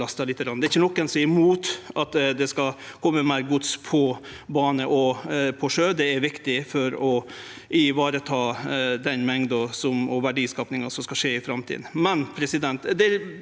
Det er ikkje nokon som er imot at det skal kome meir gods på bane og sjø. Det er viktig for å vareta den mengda og verdiskapinga som skal skje i framtida.